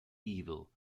evil